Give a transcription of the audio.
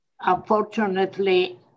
unfortunately